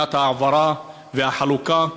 ההעברה והחלוקה?